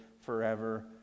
forever